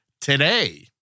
today